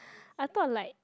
I thought like